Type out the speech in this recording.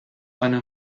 eine